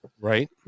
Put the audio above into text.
Right